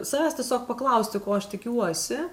savęs tiesiog paklausti ko aš tikiuosi